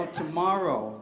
tomorrow